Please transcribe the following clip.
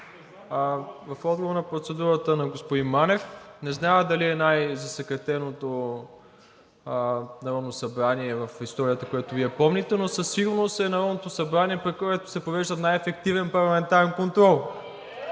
В отговор на процедурата на господин Манев, не зная дали е най-засекретеното Народно събрание в историята, което Вие помните, но със сигурност е Народното събрание, при което се провежда най-ефективен парламентарен контрол.